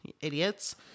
idiots